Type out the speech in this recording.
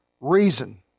reason